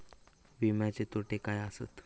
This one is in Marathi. विमाचे तोटे काय आसत?